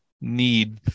need